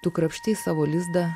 tu krapštei savo lizdą